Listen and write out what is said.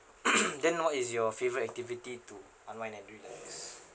then what is your favourite activity to unwind and relax